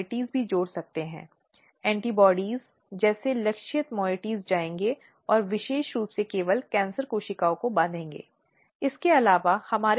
इसलिए अब यह कहना कि क्या अनुज्ञेयजायज है और क्या इस अर्थ में अनुज्ञेय नहीं है कि ICC दोनों पक्षों और जांच समिति की जांच किस प्रकार कर रही है कि उनसे क्या अपेक्षित है और उन्हें किन चीज़ों से बचना चाहिए